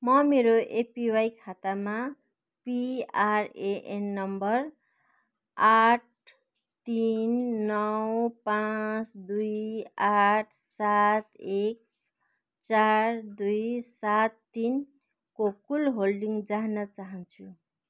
म मेरो एपिवाई खातामा पिआरएएन नम्बर आठ तिन नौ पाँच दुई आठ सात एक चार दुई सात तिनको कुल होल्डिङ जान्न चाहन्छु